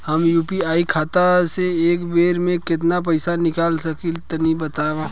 हम यू.पी.आई खाता से एक बेर म केतना पइसा निकाल सकिला तनि बतावा?